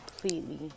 completely